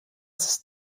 ist